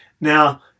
Now